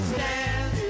Stand